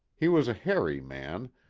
he was a hairy man,